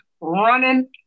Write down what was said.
running